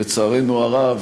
לצערנו הרב,